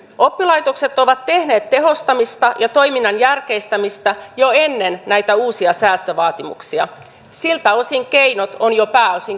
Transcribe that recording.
oppilaitokset ovat tehneet tehostamista ja toiminnan järkeistämistä jo ennen näitä uusia säästövaatimuksia siltä osin keinot on pääosin jo käytetty